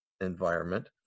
environment